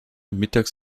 mittags